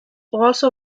also